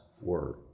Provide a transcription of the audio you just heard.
word